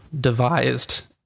devised